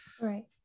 Right